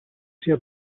sia